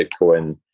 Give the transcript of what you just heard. Bitcoin